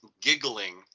giggling